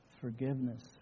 forgiveness